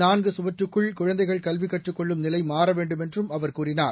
நான்கு சுவற்றுக்கள் குழந்தைகள் கல்வி கற்றுக் கொள்ளும் நிலை மாற வேண்டுமென்றும் அவர் கூறினார்